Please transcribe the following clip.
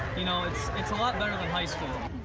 you know, it's it's a lot better than high school.